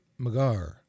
Magar